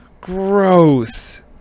gross